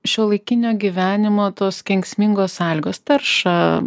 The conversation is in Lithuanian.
šiuolaikinio gyvenimo tos kenksmingos sąlygos tarša